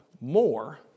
more